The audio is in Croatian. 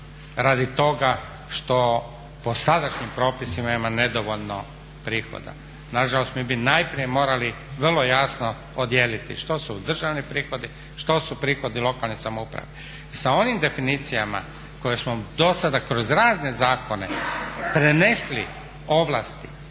radi toga što po sadašnjim propisima ima nedovoljno prihoda, nažalost mi bi najprije moralo vrlo jasno odijeliti što su državni prihodi, što su prihodi lokalne samouprave. I sa onim definicijama koje smo do sada kroz razne zakone prenesli ovlasti